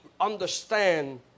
understand